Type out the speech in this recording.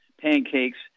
pancakes